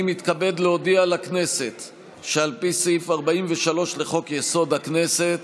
אני מתכבד להודיע לכנסת שעל פי סעיף 43 לחוק-יסוד: הכנסת,